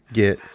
get